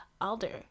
Alder